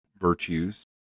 virtues